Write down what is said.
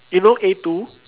you know A two